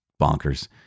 bonkers